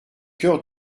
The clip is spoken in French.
cœur